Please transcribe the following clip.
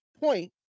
point